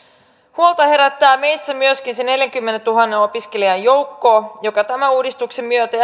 huolta herättää meissä myöskin se neljänkymmenentuhannen opiskelijan joukko joka tämän uudistuksen myötä